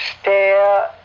Stare